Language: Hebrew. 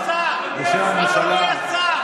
אדוני השר, אדוני השר, תודה רבה.